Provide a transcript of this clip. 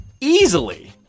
Easily